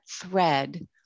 thread